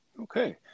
Okay